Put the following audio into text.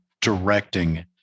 directing